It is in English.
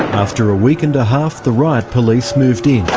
after a week and a half the riot police moved in.